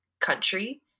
country